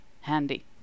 handy